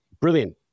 Brilliant